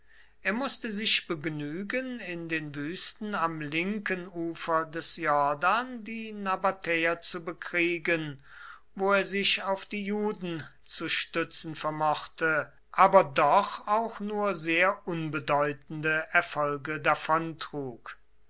er mußte sich begnügen in den wüsten am linken ufer des jordan die nabatäer zu bekriegen wo er sich auf die juden zu stützen vermochte aber doch auch nur sehr unbedeutende erfolge